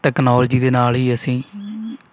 technology ਦੇ ਨਾਲ ਹੀ ਅਸੀਂ